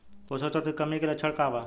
पोषक तत्व के कमी के लक्षण का वा?